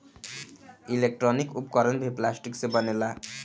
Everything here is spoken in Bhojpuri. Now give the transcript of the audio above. इलेक्ट्रानिक उपकरण भी प्लास्टिक से बनेला